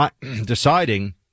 deciding